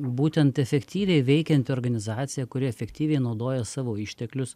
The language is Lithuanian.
būtent efektyviai veikianti organizacija kuri efektyviai naudoja savo išteklius